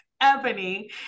Ebony